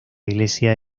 iglesia